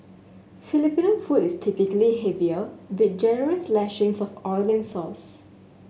Filipino food is typically heavier with generous lashings of oil and sauce